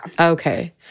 Okay